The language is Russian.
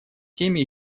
теме